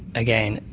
again,